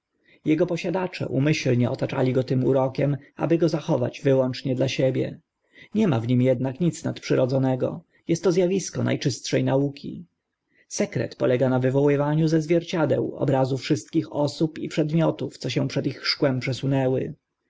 jego posiadacze umyślnie otaczali go tym urokiem aby go zachować wyłącznie dla siebie nie ma w nim ednak nic nadprzyrodzonego est to z awisko na czystsze nauki sekret polega na wywoływaniu ze zwierciadeł obrazu wszystkich osób i przedmiotów co się przed ich szkłem przesunęły